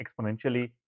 exponentially